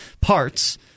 parts